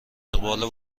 اقبال